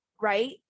right